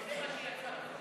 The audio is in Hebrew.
זה מה שיצא לכם?